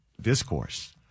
discourse